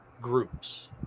groups